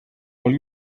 all